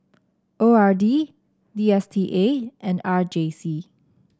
O R D D S T A and R J C